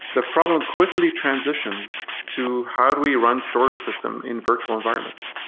the problem quickly transitions to how do we run storage system in virtual environments.